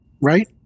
Right